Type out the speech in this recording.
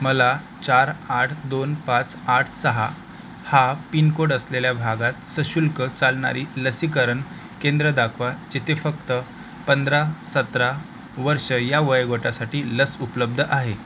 मला चार आठ दोन पाच आठ सहा हा पिनकोड असलेल्या भागात सशुल्क चालणारी लसीकरण केंद्र दाखवा जेथे फक्त पंधरा सतरा वर्ष या वयोगटासाठी लस उपलब्ध आहे